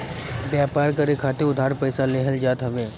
व्यापार करे खातिर उधार पईसा लेहल जात हवे